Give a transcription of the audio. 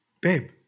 Babe